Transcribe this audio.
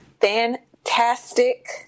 Fantastic